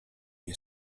nie